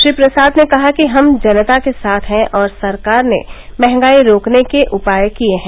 श्री प्रसाद ने कहा कि हम जनता के साथ हैं और सरकार ने महंगाई रोकने के उपाय किये हैं